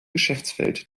geschäftsfeld